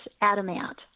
adamant